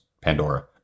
Pandora